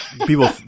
people